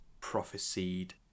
prophesied